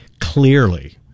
clearly